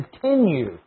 continue